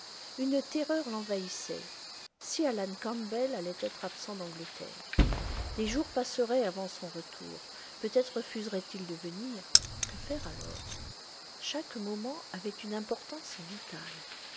une terreur l'envahissait si alan campbell allait être absent d'angleterre des jours passeraient avant son retour peut-être refuserait il de venir que faire alors chaque moment avait une importance vitale